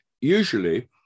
usually